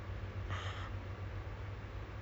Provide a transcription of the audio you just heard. services and then uh